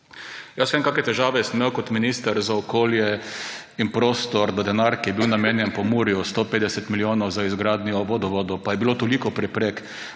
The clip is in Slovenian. Jaz vem, kakšne težave sem imel kot minister za okolje in prostor za denar, ki je bil namenjen Pomurju, 150 milijonov za izgradnjo vodovodov, pa je bilo toliko preprek.